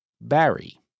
Barry